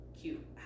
cute